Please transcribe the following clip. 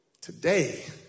Today